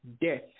Death